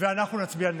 ואנחנו נצביע נגד.